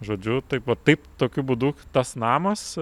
žodžiu taip vat taip tokiu būdu tas namas